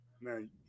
Man